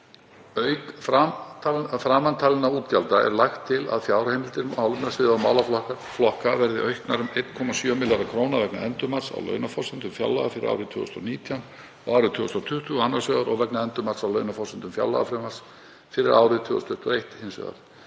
Auk framantalinna útgjalda er lagt til að fjárheimildir málefnasviða og málaflokka verði auknar um 1,7 milljarða kr. vegna endurmats á launaforsendum fjárlaga fyrir árið 2019 og árið 2020 annars vegar og vegna endurmats á launaforsendum fjárlagafrumvarpsins fyrir árið 2021 hins vegar.